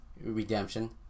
Redemption